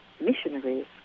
missionaries